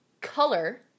color